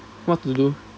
what to do